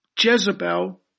Jezebel